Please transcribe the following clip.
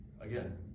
again